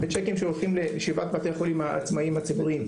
וצ'קים שהולכים לשבעת בתי החולים העצמאים הציבוריים.